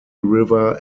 river